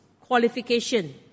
qualification